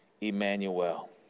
Emmanuel